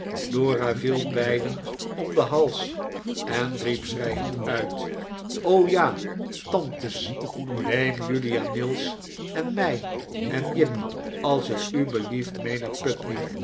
dora vrel beiden om den hals en riep schreiend uit r o ja tantes neem julia mill's en mij en jip als het u belieft